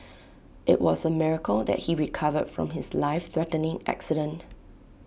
IT was A miracle that he recovered from his life threatening accident